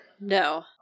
No